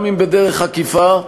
גם אם בדרך עקיפה,